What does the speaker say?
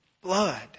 blood